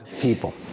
people